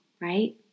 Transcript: right